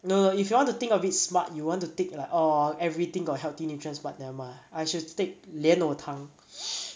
no no if you want to think of it smart you want to tick like uh everything got healthy nutrients but never mind I should take 莲藕汤